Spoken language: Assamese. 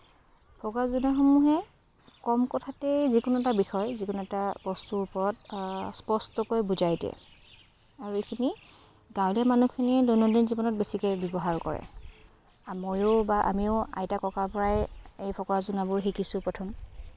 ফকৰা যোজনাসমূহে কম কথাতেই যিকোনো এটা বিষয় যিকোনো এটা বস্তুৰ ওপৰত স্পষ্টকৈ বুজাই দিয়ে আৰু এইখিনি গাঁৱলীয়া মানুহখিনিয়ে দৈনন্দিন জীৱনত বেছিকৈ ব্যৱহাৰ কৰে ময়ো বা আমিও আইতা ককাৰ পৰাই এই ফকৰা যোজনাবোৰ শিকিছোঁ প্ৰথম